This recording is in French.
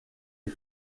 est